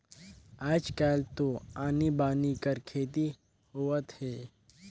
आयज कायल तो आनी बानी कर खेती होवत हे